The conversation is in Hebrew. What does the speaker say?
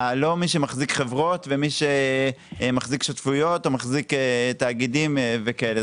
לא מי שמחזיק חברות ומי שמחזיק שותפויות או מחזיק תאגידים וכאלה,